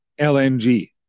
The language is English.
LNG